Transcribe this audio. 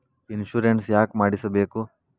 Insurance ಯಾಕ್ ಮಾಡಿಸಬೇಕು?